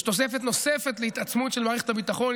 יש תוספת נוספת להתעצמות של מערכת הביטחון,